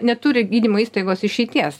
neturi gydymo įstaigos išeities